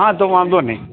હાં તો વાંધો નહીં